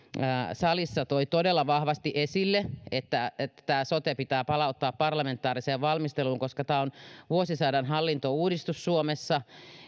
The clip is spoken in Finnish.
salissa todella vahvasti esille että että tämä sote pitää palauttaa parlamentaariseen valmisteluun koska tämä on vuosisadan hallintouudistus suomessa